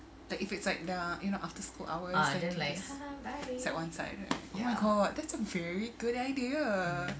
like if it's like dah you know after school hours like set one side oh my god that's a very good idea